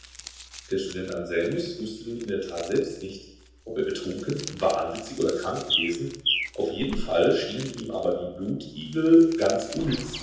der student anselmus wußte nun in der tat selbst nicht ob er betrunken wahnwitzig oder krank gewesen auf jeden fall schienen ihm aber die blutigel ganz unnütz